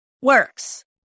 works